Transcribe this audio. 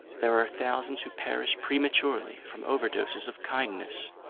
there are thousands who perish prematurely from overdoses of kindness.